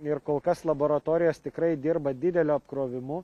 ir kol kas laboratorijos tikrai dirba dideliu apkrovimu